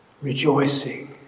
rejoicing